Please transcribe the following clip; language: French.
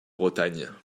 bretagne